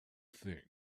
things